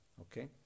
Okay